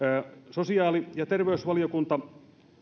sosiaali ja terveysvaliokunta